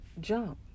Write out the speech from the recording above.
jump